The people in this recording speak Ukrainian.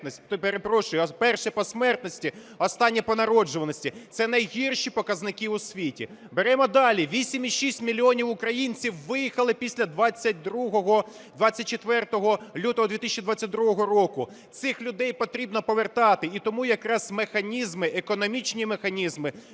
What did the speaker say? перше по смертності, останнє по народжуваності. Це найгірші показники у світі. Беремо далі. 8,6 мільйона українців виїхали після 24 лютого 2022 року. Цих людей потрібно повертати, і тому якраз механізми, економічні механізми,